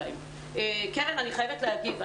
קרן, אני חייבת להגיב.